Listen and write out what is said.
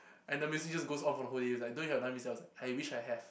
and the music just goes off for the whole day it's like don't even have I wish I have